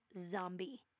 zombie